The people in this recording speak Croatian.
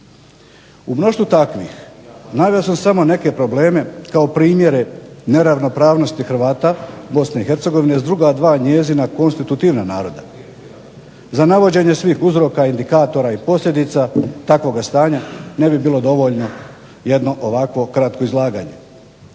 U mnoštvu takvih naveo sam samo neke probleme kao primjere neravnopravnosti Hrvata BiH s druga dva njezina konstitutivna naroda. Za navođenje svih uzroka, indikatora i posljedica takvoga stanja ne bi bilo dovoljno jedno ovakvo kratko izlaganje.